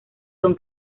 son